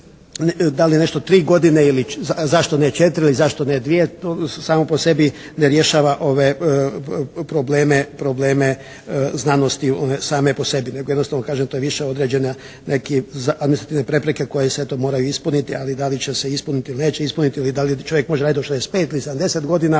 da li nešto tri godine ili zašto ne četiri ili zašto ne dvije, to samo po sebi ne rješava probleme znanosti same po sebi nego jednostavno kažem to je više određeno neke administrativne prepreke koje sve to moraju ispuniti, ali da li će se ispuniti ili neće ispuniti ili da li čovjek može raditi do 65 ili 70 godina